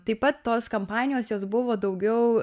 taip pat tos kampanijos jos buvo daugiau